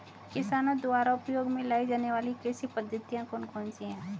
किसानों द्वारा उपयोग में लाई जाने वाली कृषि पद्धतियाँ कौन कौन सी हैं?